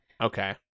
Okay